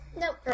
Nope